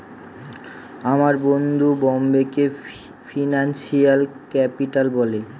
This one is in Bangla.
আমার বন্ধু বোম্বেকে ফিনান্সিয়াল ক্যাপিটাল বলে